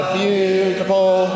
beautiful